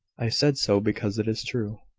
i said so, because it is true.